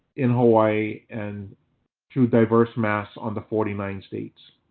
in hawaii and through diverse mass on the forty nine states.